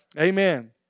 Amen